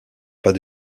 pas